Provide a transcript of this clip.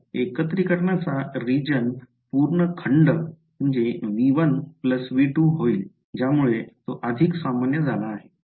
तर एकत्रीकरणाचा रिजन पूर्ण खंड V1 V2 होईल ज्यामुळे तो अधिक सामान्य झाला आहे